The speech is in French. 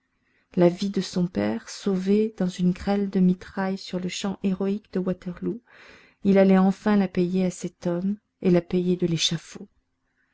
la vie de son père sauvée dans une grêle de mitraille sur le champ héroïque de waterloo il allait enfin la payer à cet homme et la payer de l'échafaud